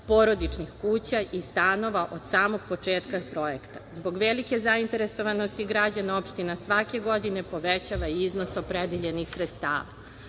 porodičnih kuća i stanova od samog početka projekta. Zbog velike zainteresovanosti građana opština svake godine povećava iznos opredeljenih sredstava. Ovom